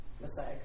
Messiah